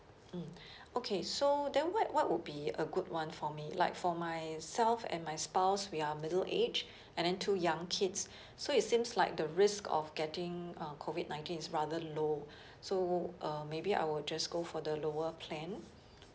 mm okay so then what what would be a good one for me like for myself and my spouse we are middle age and then two young kids so it seems like the risk of getting uh COVID nineteen is rather low so uh maybe I will just go for the lower plan